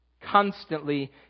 Constantly